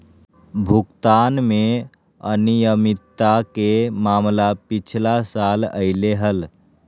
भुगतान में अनियमितता के मामला पिछला साल अयले हल